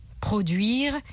Produire